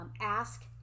ask